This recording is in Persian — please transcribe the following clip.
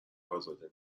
ازاده